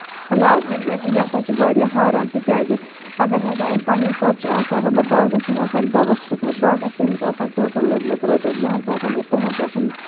lose میٖنٔز ہن یہِ ہسا چھُ واریاہ ہاران تِکیازِ اَگر ہسا أمۍ پَنٕنہِ حِسابہٕ چھُ آسان مطلب باغَس چھُن آسان مطلب دوہ چھوٚکمُت باغَس چھِ أمِس آسان ٹوٹَل لوٚگمُت رۄپِیَس وُہن ساسَن یا تٔرہَن ساسَن